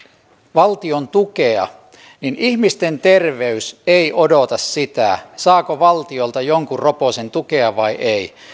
valtion tukea niin ihmisten terveys ei odota sitä saako valtiolta jonkun roposen tukea vai ei